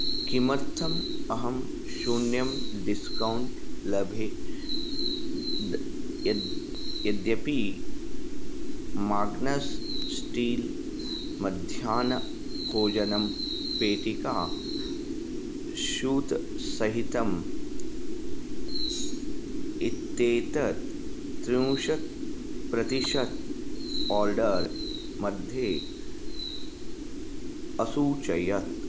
किमर्थम् अहं शून्यं डिस्कौण्ट् लभे द् यद् यद्यपि माग्नस् स्टील् मध्याह्नभोजनं पेटिका शूत् सहितं इत्येतत् त्रिंशत् प्रतिशतं आर्डर् मध्ये असूचयत्